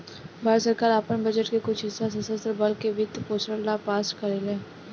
भारत सरकार आपन बजट के कुछ हिस्सा सशस्त्र बल के वित्त पोषण ला पास करेले